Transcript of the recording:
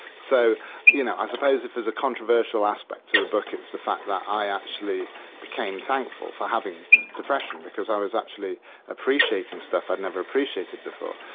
so you know i suppose if there's a controversial aspect to the book it's the fact that i actually became thankful for having depression, because i was actually appreciating stuff i'd never appreciated before.